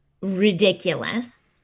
ridiculous